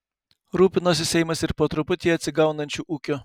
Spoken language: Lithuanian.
rūpinosi seimas ir po truputį atsigaunančiu ūkiu